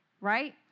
right